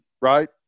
right